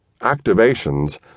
Activations